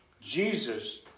Jesus